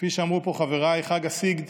כפי שאמרו פה חבריי, חג הסיגד